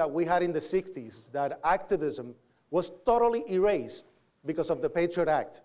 that we had in the sixty's that activism was totally erased because of the patriot act